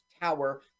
tower